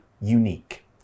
unique